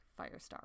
Firestar